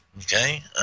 Okay